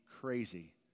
crazy